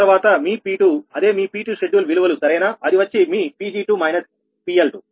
ఆ తర్వాత మీ P2 అదేమీ P2 షెడ్యూల్ విలువలు సరేనా అది వచ్చి మీ 𝑃𝑔2 − 𝑃𝐿2